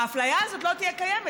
האפליה הזאת לא תהיה קיימת.